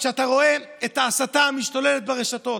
כשאתה רואה את ההסתה המשתוללת ברשתות,